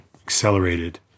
accelerated